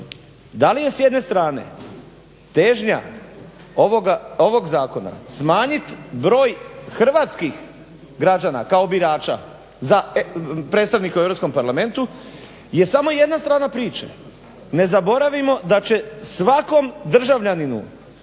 da li je s jedne strane težnja ovog zakona smanjit broj hrvatskih građana kao birača za predstavnike u Europskom parlamentu je samo jedna strana priče. Ne zaboravimo da će svakom državljaninu